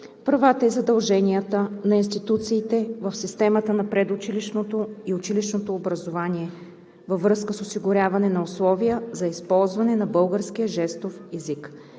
правата и задълженията на институциите в системата на предучилищното и училищното образование във връзка с осигуряване на условия за използване на българския жестов език.